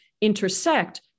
intersect